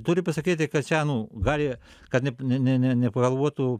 turiu pasakyti kad čia nu gali kad ne ne ne nepagalvotų